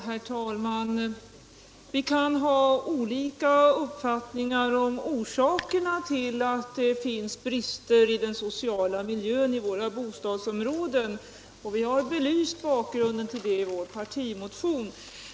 Herr talman! Vi kan ha olika uppfattningar om orsakerna till att det finns brister i den sociala miljön i våra bostadsområden, och bakgrunden till detta har vi belyst i vår partimotion.